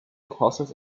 tosses